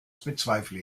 bezweifle